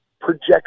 projects